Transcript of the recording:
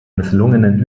misslungenen